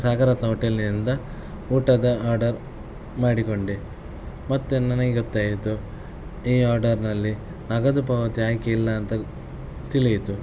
ಸಾಗರ್ ರತ್ನ ಹೋಟೆಲ್ನಿಂದ ಊಟದ ಆರ್ಡರ್ ಮಾಡಿಕೊಂಡೆ ಮತ್ತೆ ನನಗೆ ಗೊತ್ತಾಯಿತು ಈ ಆರ್ಡರ್ನಲ್ಲಿ ನಗದು ಪಾವತಿ ಆಯ್ಕೆ ಇಲ್ಲ ಅಂತ ತಿಳಿಯಿತು